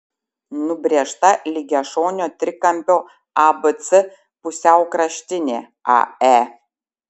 nubrėžta lygiašonio trikampio abc pusiaukraštinė ae